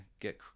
get